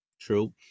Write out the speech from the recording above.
true